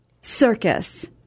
Circus